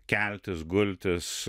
keltis gultis